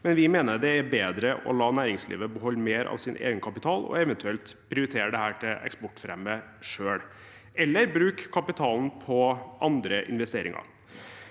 men vi mener det er bedre å la næringslivet beholde mer av sin egenkapital for eventuelt selv å prioritere dette til eksportfremme eller bruke kapitalen på andre investeringer.